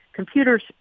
Computers